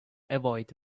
avoid